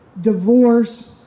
divorce